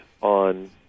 on